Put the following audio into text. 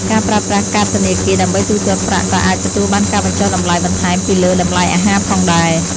ការប្រើប្រាស់កាតធនាគារដើម្បីទូទាត់ប្រាក់ក៏អាចទទួលបានការបញ្ចុះតម្លៃបន្ថែមពីលើតម្លៃអាហារផងដែរ។